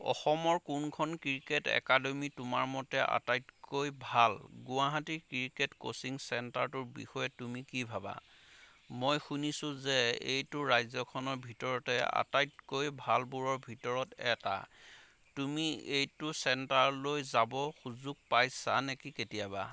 অসমৰ কোনখন cricket academy তোমাৰ মতে আটাইতকৈ ভাল গুৱাহাটী ক্ৰিকেট কোচিং চেণ্টাৰটোৰ বিষয়ে তুমি কি ভাবা মই শুনিছোঁ যে এইটো ৰাজ্যখনৰ ভিতৰতে আটাইতকৈ ভালবোৰৰ ভিতৰত এটা তুমি এইটো চেণ্টাৰলৈ যাব সুযোগ পাইছা নেকি কেতিয়াবা